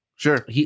Sure